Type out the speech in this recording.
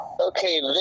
okay